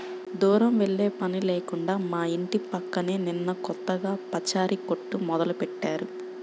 దూరం వెళ్ళే పని లేకుండా మా ఇంటి పక్కనే నిన్న కొత్తగా పచారీ కొట్టు మొదలుబెట్టారు